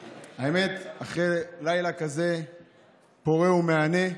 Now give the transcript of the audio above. האמת, אחרי לילה כזה פורה ומהנה,